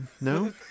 No